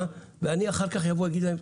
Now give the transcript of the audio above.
ואני אחר כך אבוא ואגיד להם,